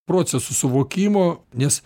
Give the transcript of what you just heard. procesų suvokimo nes